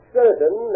certain